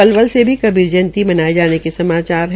पलवल से भी कबीर जंयती मनाये जाने के समाचार मिले है